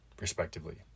respectively